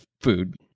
food